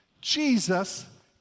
Jesus